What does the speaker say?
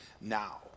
now